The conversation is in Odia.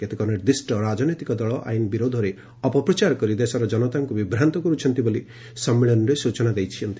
କେତେକ ନିର୍ଦ୍ଧିଷ୍ଟ ରାକନେତିକ ଦଳ ଆଇନ ବିରୋଧରେ ଅପପ୍ରଚାର କରି ଦେଶର ଜନତାଙ୍କୁ ବିଭ୍ରାନ୍ତ କରୁଛନ୍ତି ବୋଲି ସୟଳନୀରେ ସୂଚନା ଦେଇଛନ୍ତି